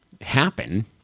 happen